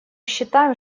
считаем